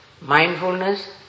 mindfulness